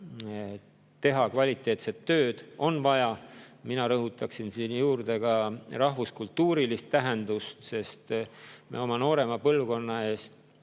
teha kvaliteetset tööd, on vaja. Mina rõhutaksin sinna juurde ka rahvuskultuurilist tähendust, sest me oma noorema põlvkonna